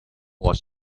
was